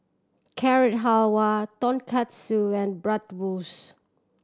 Carrot Halwa Tonkatsu and Bratwurst